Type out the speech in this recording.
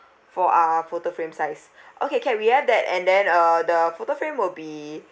four R photo frame size okay can we have that and then uh the photo frame will be